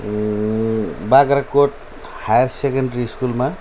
Bagrakot higher secondary स्कुलमा